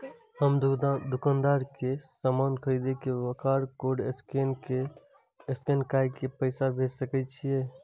हम दुकानदार के समान खरीद के वकरा कोड स्कैन काय के पैसा भेज सके छिए?